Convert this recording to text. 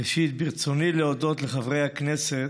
ראשית, ברצוני להודות לחברי הכנסת